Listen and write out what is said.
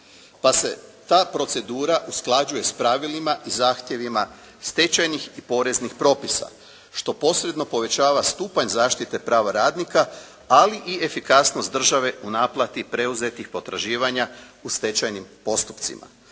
pa se ta procedura usklađuje s pravilima i zahtjevima stečajnih i poreznih propisa što posredno povećava stupanj zaštite prava radnika ali i efikasnost države u naplati preuzetih potraživanja u stečajnim postupcima.